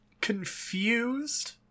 confused